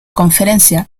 conferencia